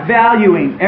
valuing